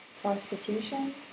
prostitution